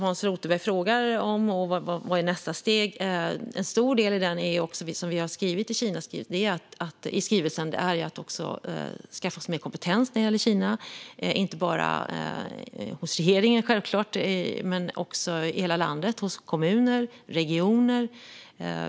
Hans Rothenberg frågar om Kinaskrivelsen och vad som är nästa steg. En viktig del är att vi skaffar oss mer kompetens vad gäller Kina. Det gäller givetvis inte bara regeringen utan alla landets kommuner och regioner.